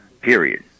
period